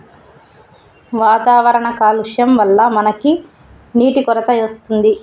వాతావరణ కాలుష్యం వళ్ల మనకి నీటి కొరత వస్తుంది